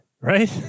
right